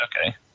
Okay